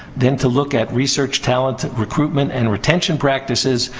then to look at research talent recruitment and retention practices.